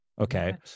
Okay